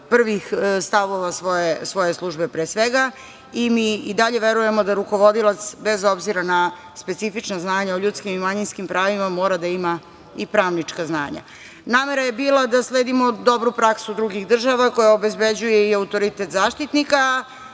prvih stavova svoje službe pre svega i mi i dalje verujemo da rukovodilac, bez obzira na specifično znanje o ljudskim i manjinskim pravima mora da ima i pravnička znanja. Namera je bila da sledimo dobru praksu drugih država koja obezbeđuje i autoritet Zaštitnika.